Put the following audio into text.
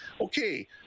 okay